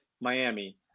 Miami